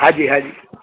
હાજી હાજી